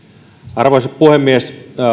arvoisa puhemies